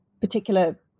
Particular